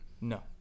No